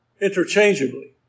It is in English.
interchangeably